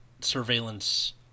surveillance